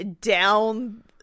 down